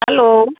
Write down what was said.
hello